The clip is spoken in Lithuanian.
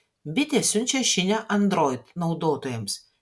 bitė siunčia žinią android naudotojams